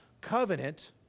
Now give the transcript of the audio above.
covenant